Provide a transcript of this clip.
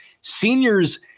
Seniors